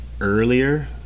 earlier